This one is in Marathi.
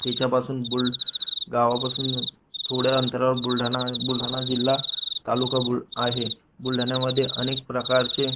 त्याच्यापासून बुल गावापासून थोड्या अंतरावर बुलढाणा बुलढाणा जिल्हा तालुका बुल आहे बुलढाण्यामध्ये अनेक प्रकारचे